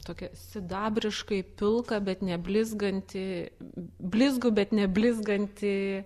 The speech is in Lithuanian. tokią sidabriškai pilką bet ne blizgantį blizgų bet neblizgantį